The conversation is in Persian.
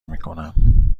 میکنم